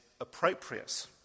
appropriate